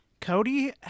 Cody